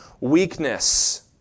weakness